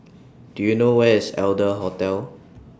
Do YOU know Where IS Adler Hostel